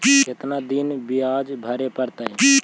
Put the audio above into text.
कितना दिन बियाज भरे परतैय?